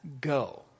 Go